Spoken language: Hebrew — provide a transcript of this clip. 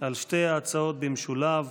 על שתי ההצעות במשולב